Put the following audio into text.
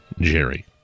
Jerry